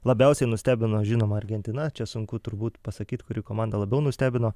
labiausiai nustebino žinoma argentina čia sunku turbūt pasakyt kuri komanda labiau nustebino